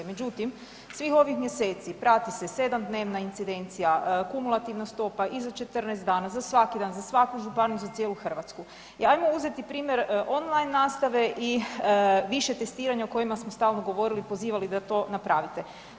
Međutim, svih ovih mjeseci prati se 7-dnevna incidencija, kumulativna stopa, i za 14 dana, za svaki dan, za svaku županiju, za cijelu Hrvatsku i ajmo uzeti primjer online nastave i više testiranja o kojima smo stalno govorili, pozivali da to napravite.